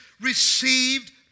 received